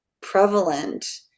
prevalent